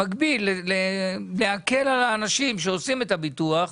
צריך להקל על האנשים שעושים את הביטוח,